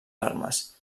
armes